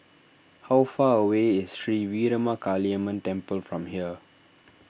how far away is Sri Veeramakaliamman Temple from here